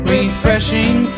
Refreshing